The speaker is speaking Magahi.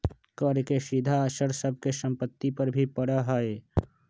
कर के सीधा असर सब के सम्पत्ति पर भी पड़ा हई